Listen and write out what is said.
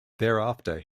thereafter